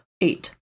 Eight